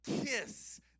kiss